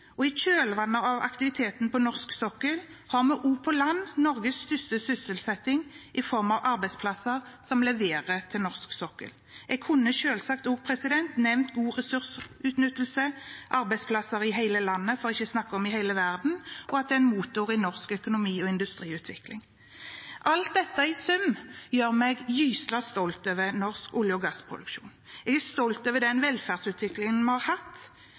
og i kjølvannet av aktiviteten på norsk sokkel har vi også på land Norges største sysselsetting i form av arbeidsplasser som leverer til norsk sokkel. Jeg kunne selvsagt også nevnt god ressursutnyttelse, arbeidsplasser i hele landet – for ikke å snakke om i hele verden – og at det er en motor i norsk økonomi og industriutvikling. Alt dette i sum gjør meg gyselig stolt av norsk olje- og gassproduksjon. Jeg er stolt av den velferdsutviklingen vi har hatt,